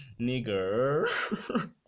nigger